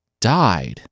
died